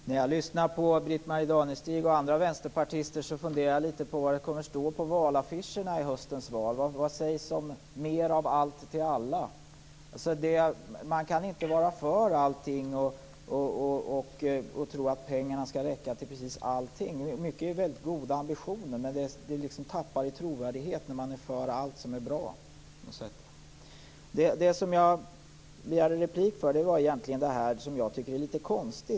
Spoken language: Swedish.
Fru talman! När jag lyssnar på Britt-Marie Danestig och andra vänsterpartister funderar jag litet på vad det kommer att stå på valaffischerna i höstens val. Vad sägs om "Mer av allt till alla"? Man kan inte vara för allting och tro att pengarna skall räcka till precis allting. Mycket är väldigt goda ambitioner, men det hela tappar trovärdighet när man är för allt som är bra. Jag begärde replik därför att jag tycker att en sak är litet konstig.